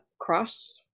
cross